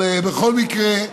אבל בכל מקרה,